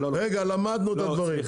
רגע למדנו את הדברים.